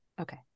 Okay